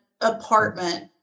apartment